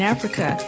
Africa